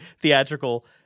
theatrical